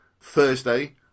Thursday